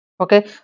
okay